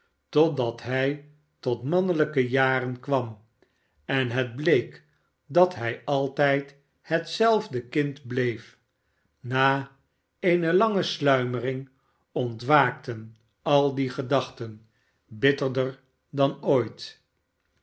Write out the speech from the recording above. totdat hij tot mannelijke jaren kwam en het bleek dat hij altijd hetzelfde kind bleef na eene lange sluimering ontwaakten al die gedachten bitterder dan ooit